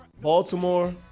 Baltimore